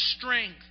strength